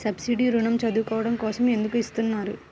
Subsidy ఋణం చదువుకోవడం కోసం ఎందుకు ఇస్తున్నారు?